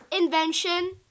invention